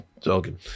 Joking